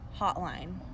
hotline